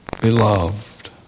beloved